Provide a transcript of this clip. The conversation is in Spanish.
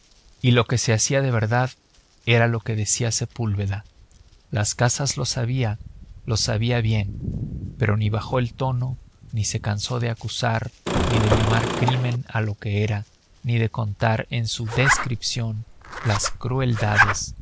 y lo que se hacía de verdad era lo que decía sepúlveda las casas lo sabía lo sabía bien pero ni bajó el tono ni se cansó de acusar ni de llamar crimen a lo que era ni de contar en su descripción las crueldades